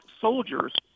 soldiers